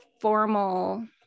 formal